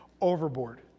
overboard